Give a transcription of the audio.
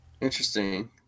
Interesting